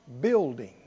building